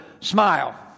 Smile